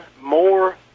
more